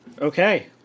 Okay